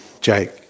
Jake